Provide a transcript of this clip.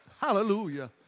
hallelujah